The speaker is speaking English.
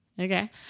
Okay